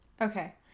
okay